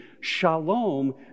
shalom